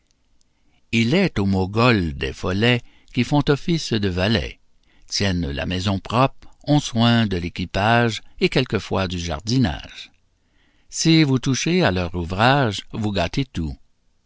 il est au mogol des follets qui font office de valets tiennent la maison propre ont soin de l'équipage et quelquefois du jardinage si vous touchez à leur ouvrage vous gâtez tout